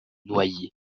noyés